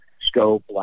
scope